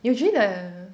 usually the